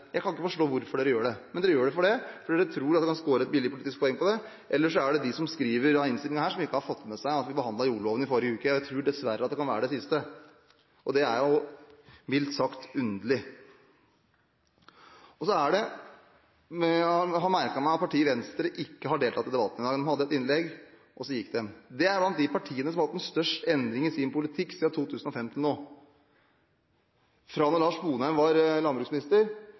Jeg kan ikke forstå hvorfor dere gjør det. Men dere gjør det fordi dere tror at dere kan skåre et billig politisk poeng på det. Ellers er det de som har skrevet denne innstillingen, som ikke har fått med seg at vi behandlet jordloven i forrige uke. Jeg tror dessverre at det kan være det siste. Og det er jo mildt sagt underlig. Jeg har merket meg at partiet Venstre ikke har deltatt i debatten. De hadde et innlegg, og så gikk de. Det er av de partiene som har hatt størst endring i sin politikk fra 2005 til nå – fra da Lars Sponheim var landbruksminister